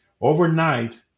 overnight